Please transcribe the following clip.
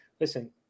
Listen